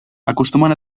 acostumen